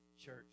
church